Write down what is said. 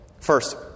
First